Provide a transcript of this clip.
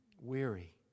weary